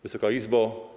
Wysoka Izbo!